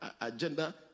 agenda